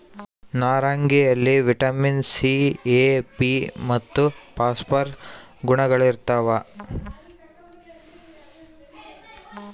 ನಾರಂಗಿಯಲ್ಲಿ vitamin C A B ಮತ್ತು phosphorus ಗುಣಗಳಿರ್ತಾವ